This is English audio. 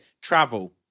Travel